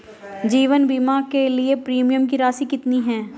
जीवन बीमा के लिए प्रीमियम की राशि कितनी है?